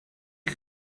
you